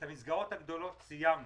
את המסגרות הגדולות סיימנו,